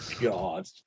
God